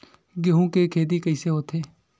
गेहूं के खेती कइसे होथे?